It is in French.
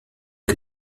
que